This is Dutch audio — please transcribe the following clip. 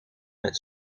met